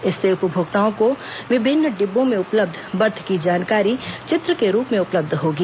इससे उपभोक्ताओं को विभिन्न डिब्बों में उपलब्ध बर्थ की जानकारी चित्र के रूप में उपलब्ध होगी